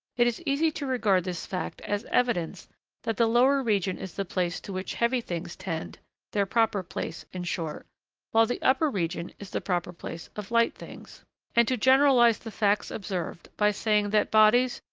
it is easy to regard this fact as evidence that the lower region is the place to which heavy things tend their proper place, in short while the upper region is the proper place of light things and to generalise the facts observed by saying that bodies,